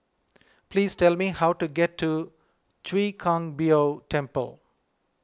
please tell me how to get to Chwee Kang Beo Temple